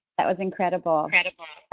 that was incredible. and